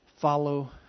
follow